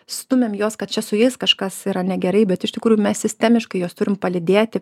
stumiam juos kad čia su jais kažkas yra negerai bet iš tikrųjų mes sistemiškai juos turim palydėti